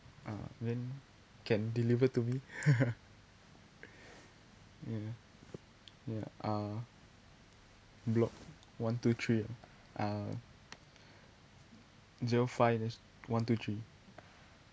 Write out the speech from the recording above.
uh then can deliver to me ya ya uh block one two three ah uh zero five then it's one two three